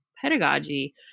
pedagogy